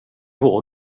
vår